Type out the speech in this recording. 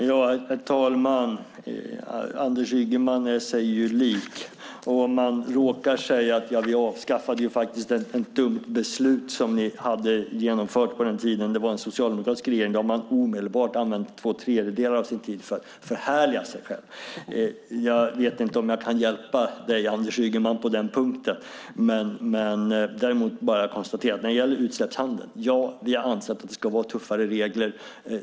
Herr talman! Anders Ygeman är sig lik. Om man råkar säga att vi avskaffade ett dumt beslut som genomfördes på den tiden det var en socialdemokratisk regering har man använt två tredjedelar av sin tid till att förhärliga sig själv. Jag vet inte om jag kan hjälpa dig på den punkten, Anders Ygeman. När det gäller utsläppshandeln anser vi att det ska vara tuffare regler.